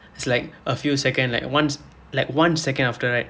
it's like a few second like once like one second after right